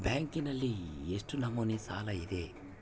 ಬ್ಯಾಂಕಿನಲ್ಲಿ ಎಷ್ಟು ನಮೂನೆ ಸಾಲ ಇದೆ?